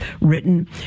written